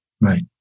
Right